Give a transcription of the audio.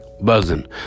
buzzing